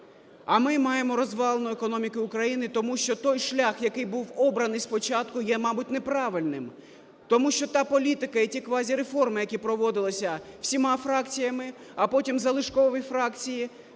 А ми маємо розвалену економіку України, тому що той шлях, який був обраний спочатку, є, мабуть, неправильним, тому що та політика і ті квазіреформи, які проводилися всіма фракціями, а потім залишкові фракції,